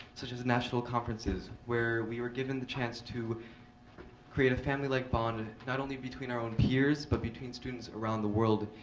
such as national conferences, where we were given the chance to create a family like bond, not only between our own peers, but between students around the world,